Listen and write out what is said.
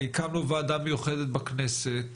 הקמנו ועדה מיוחדת בכנסת,